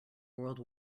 world